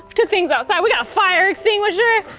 took things outside, we got a fire extinguisher.